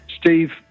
Steve